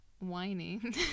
whining